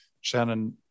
Shannon